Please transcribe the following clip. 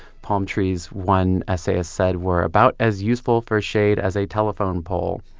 palm trees one essayist said were about as useful for shade as a telephone pole.